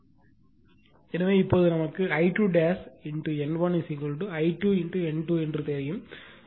எனவே இப்போது நமக்கு I2 N1 I2 N2 தெரியும்